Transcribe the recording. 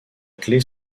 clé